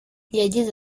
yagize